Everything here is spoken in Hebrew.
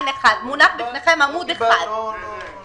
תסתכלו על הנוסח,